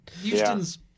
Houston's